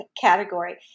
category